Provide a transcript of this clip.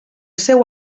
seu